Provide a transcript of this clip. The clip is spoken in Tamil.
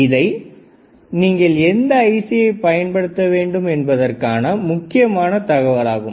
இது நீங்கள் எந்த ஐசியை பயன்படுத்த வேண்டும் என்பதற்கான முக்கியமான தகவலாகும்